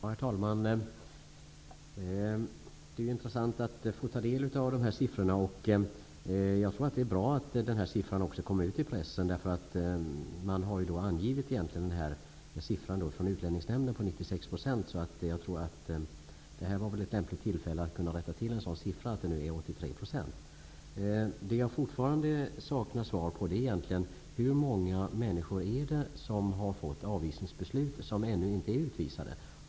Herr talman! Det är intressant att få ta del av dessa siffror. Jag tror att det är bra att den här uppgiften också kommer ut i pressen, där man har skrivit om andelen avslagsbeslut från Utlänningsnämnden på 96 %. Jag tror därför att detta var ett lämpligt tillfälle att rätta till en sådan siffra, dvs. att den nu är 83 %. Det som jag fortfarande inte har fått svar på är hur många människor som har fått avvisningsbeslut men som ännu inte har utvisats.